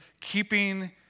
keeping